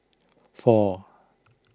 four